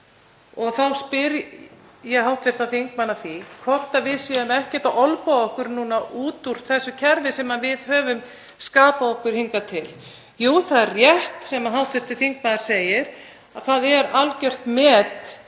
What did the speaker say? Þá spyr ég hv. þingmann að því hvort við séum ekkert að olnboga okkur núna út úr þessu kerfi sem við höfum skapað okkur hingað til? Jú, það er rétt sem hv. þingmaður segir að það er algjört met